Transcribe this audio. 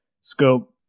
Scope